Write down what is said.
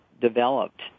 developed